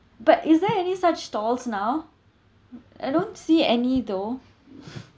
but is there any such stalls now I don't see any though